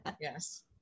Yes